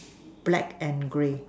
black and grey